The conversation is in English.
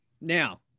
Now